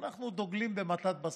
אבל אנחנו דוגלים במתן בסתר,